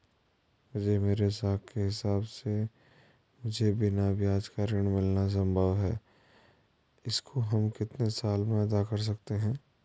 मुझे मेरे साख के हिसाब से मुझे बिना ब्याज का ऋण मिलना संभव है इसको हम कितने साल में अदा कर सकते हैं?